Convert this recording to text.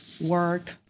work